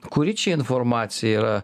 kuri čia informacija yra